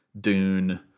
Dune